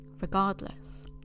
regardless